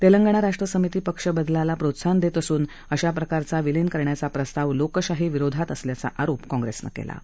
तेलंगणा राष्ट्रसमिती पक्षबदलाला प्रोत्साहन देत असून अशा प्रकारचा विलीन करण्याचा प्रस्ताव लोकशाही विरोधात असल्याचा आरोप काँग्रेसनं केला आहे